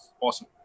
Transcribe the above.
awesome